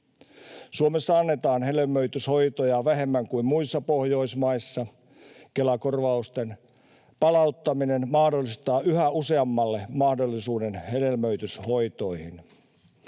Suomessa annetaan hedelmöityshoitoja vähemmän kuin muissa Pohjoismaissa. Kela-korvausten palauttaminen mahdollistaa yhä useammalle mahdollisuuden hedelmöityshoitoihin.